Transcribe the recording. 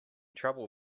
trouble